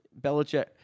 Belichick